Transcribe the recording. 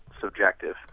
subjective